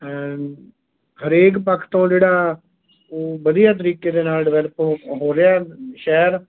ਹਰੇਕ ਪੱਖ ਤੋਂ ਜਿਹੜਾ ਉਹ ਵਧੀਆ ਤਰੀਕੇ ਦੇ ਨਾਲ ਡਿਵੈਲਪ ਹੋ ਹੋ ਰਿਹਾ ਸ਼ਹਿਰ